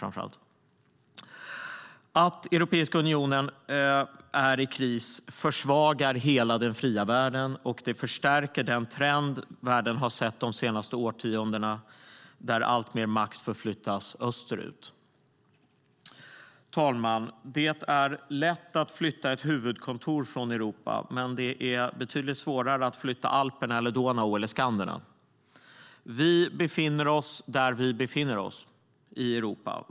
Att Europeiska unionen är i kris försvagar hela den fria världen och förstärker den trend världen har sett de senaste årtiondena, där alltmer makt förflyttas österut. Fru talman! Det är lätt att flytta ett huvudkontor från Europa, men det är betydligt svårare att flytta Alperna, Donau eller Skanderna. Vi befinner oss där vi befinner oss i Europa.